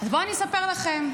ובואו אני אספר לכם: